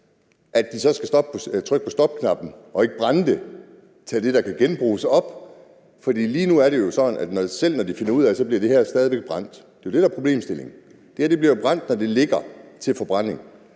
det, så skal trykke på stopknappen og ikke brænde det, altså tage det, der kan genbruges, op igen? For lige nu er det jo sådan, at selv når de finder ud af det, bliver det stadig væk brændt. Det er jo det, der er problemstillingen, altså at det, når der ligger til forbrænding,